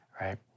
right